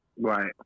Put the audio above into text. right